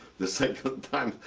the second time,